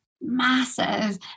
massive